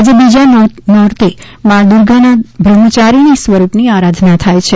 આજે બીજા નોરતે માં દુર્ગાના બ્રહ્મચારીણી સ્વરૂપની આરાધના થાય છે